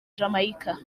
jamaica